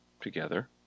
together